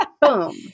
Boom